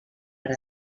per